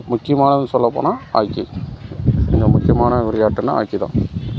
முக்கியமானதுன்னு சொல்லப்போனால் ஹாக்கி இங்கே முக்கியமான விளையாட்டுனா ஹாக்கி தான்